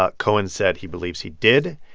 ah cohen said he believes he did,